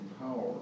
power